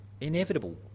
inevitable